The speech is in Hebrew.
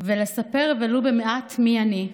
ולספר ולו מעט מי אני,